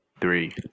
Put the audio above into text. three